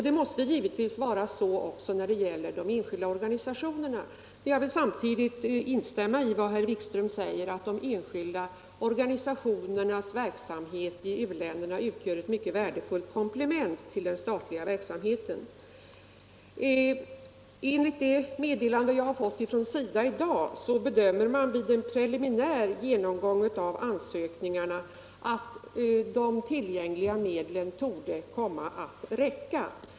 Det måste givetvis vara så också när det Nr 30 gäller de enskilda organisationerna. Men jag instämmer i vad herr Wik Torsdagen den ström säger, att de enskilda organisationernas verksamhet i u-länderna 27 november 1975 utgör ett mycket värdefullt komplement till den statliga biståndsverk= = samheten. Om statsbidraget Enligt ett meddelande som jag i dag har fått från SIDA bedömer man = till enskilda torde komma att räcka.